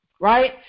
right